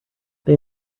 they